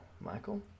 Michael